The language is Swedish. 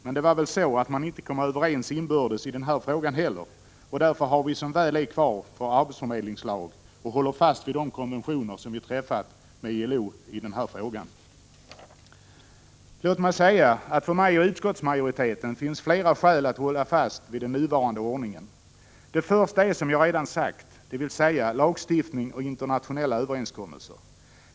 Men det var väl så, att man inte kom överens inbördes i den här frågan heller, och därför har vi som väl är | kvar vår arbetsförmedlingslag och håller fast vid de konventioner som vi 157 träffat med ILO i den här frågan. Låt mig säga att det för mig och utskottsmajoriteten finns flera skäl att hålla fast vid den nuvarande ordningen. Det första skälet är, som jag redan sagt, lagstiftning och internationella överenskommelser.